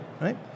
Right